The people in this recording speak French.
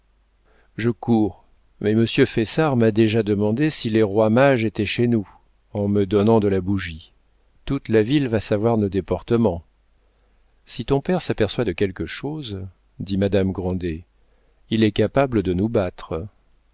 je cours mais monsieur fessard m'a déjà demandé si les trois mages étaient chez nous en me donnant de la bougie toute la ville va savoir nos déportements si ton père s'aperçoit de quelque chose dit madame grandet il est capable de nous battre